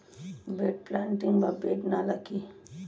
Bed planting বা bed নালা কি?